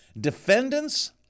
Defendants